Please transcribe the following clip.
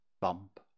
bump